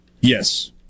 Yes